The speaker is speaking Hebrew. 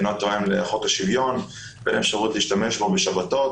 אינו תואם לחוק השוויון ואין אפשרות להשתמש בו בשבתות,